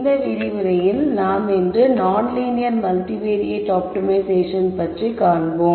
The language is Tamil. இந்த விரிவுரையில் நாம் இன்று நான் லீனியர் மல்டிவேரியட் ஆப்டிமைஷேசன் பற்றி காண்போம்